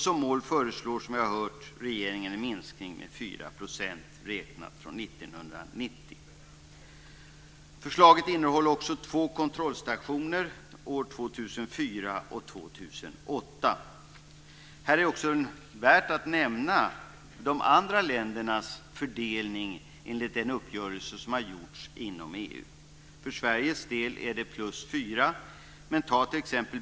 Som mål föreslår regeringen, som vi har hört, en minskning med Förslaget innehåller också två kontrollstationer år 2004 och 2008. Här är också värt att nämna de andra ländernas fördelning enligt den uppgörelse som har gjorts inom EU. För Sveriges del är det +4 %.